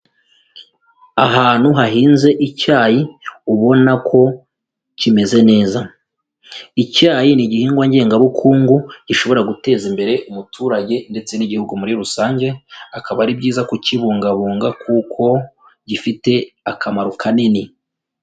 Ahantu hahinze icyayi ubona ko kimeze neza, icyayi ni igihingwa ngengabukungu gishobora guteza imbere umuturage ndetse n'Igihugu muri rusange, akaba ari byiza kukibungabunga kuko gifite akamaro kanini.